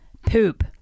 poop